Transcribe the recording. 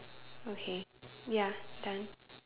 okay ya done